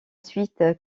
suite